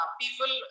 people